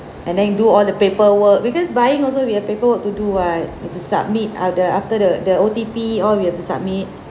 and then we do all the paperwork because buying also we have paperwork to do [what] need to submit err the after the the O_T_P all we have to submit